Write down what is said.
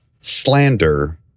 Slander